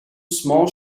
small